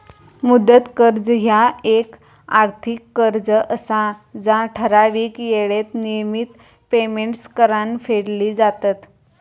मुदत कर्ज ह्या येक आर्थिक कर्ज असा जा ठराविक येळेत नियमित पेमेंट्स करान फेडली जातत